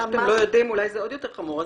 זה שאתם לא יודעים זה עוד יותר חמור.